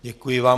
Děkuji vám.